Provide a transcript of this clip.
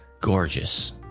gorgeous